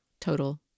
Total